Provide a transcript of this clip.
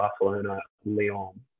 Barcelona-Lyon